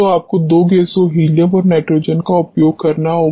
तो आपको दो गैसों हीलियम और नाइट्रोजन का उपयोग करना होगा